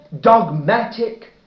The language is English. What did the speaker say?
dogmatic